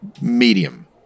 medium